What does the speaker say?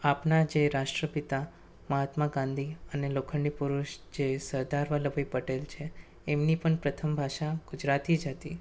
આપણાં જે રાષ્ટ્રપિતા મહાત્મા ગાંધી અને લોખંડી પુરુષ જે સરદાર વલ્લભભાઈ પટેલ છે એમની પણ પ્રથમ ભાષા ગુજરાતી જ હતી